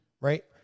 right